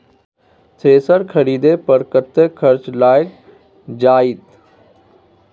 Thresher खरीदे पर कतेक खर्च लाईग जाईत?